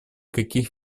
каких